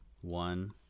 one